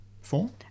form